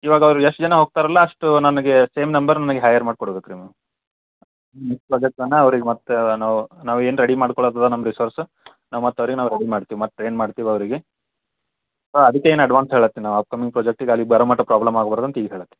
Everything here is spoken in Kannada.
ಇವಾಗ ಅವ್ರು ಎಷ್ಟು ಜನ ಹೋಗ್ತಾರಲ್ಲ ಅಷ್ಟು ನನಗೆ ಸೇಮ್ ನಂಬರ್ ನನಗೆ ಹೈಯರ್ ಮಾಡಿ ಕೊಡ್ಬೇಕು ರೀ ಮ್ಯಾಮ್ ಈ ಪ್ರೊಜೆಕ್ಟನ್ನು ಅವ್ರಿಗೆ ಮತ್ತೆ ನಾವು ನಾವೇನು ರೆಡಿ ಮಾಡ್ಕೊಳೊದದ ನಮ್ದು ರಿಸೊರ್ಸ ನಾವು ಮತ್ತೆ ಅವ್ರಿಗೆ ನಾವು ರೆಡಿ ಮಾಡ್ತೀವಿ ಮತ್ತು ಏನ್ಮಾಡ್ತೀವಿ ಅವರಿಗೆ ಹಾಂ ಅದಿಕ್ಕೇನೆ ಎಡ್ವಾನ್ಸ್ ಹೇಳಹತ್ತೇನ ಅಪ್ಕಮ್ಮಿಂಗ್ ಪ್ರಾಜೆಕ್ಟಿಗೆ ಅಲ್ಲಿ ಬರೋ ಮಟ್ಟ ಪ್ರಾಬ್ಲಮ್ ಆಗ್ಬಾರ್ದಂತ ಈಗ ಹೇಳಹತ್ತೆ